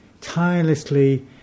tirelessly